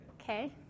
Okay